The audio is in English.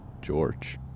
George